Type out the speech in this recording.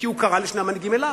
כי הוא קרא לשני המנהיגים אליו,